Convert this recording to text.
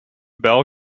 bell